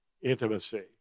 intimacy